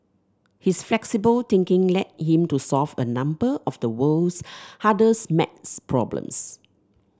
his flexible thinking led him to solve a number of the world's hardest maths problems